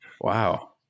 wow